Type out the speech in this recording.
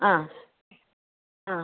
ആ ആ